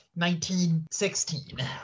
1916